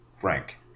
frank